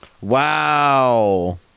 Wow